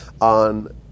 on